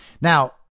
Now